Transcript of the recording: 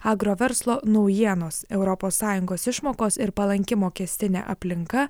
agro verslo naujienos europos sąjungos išmokos ir palanki mokestinė aplinka